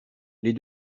les